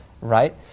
right